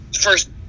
First